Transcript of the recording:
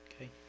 Okay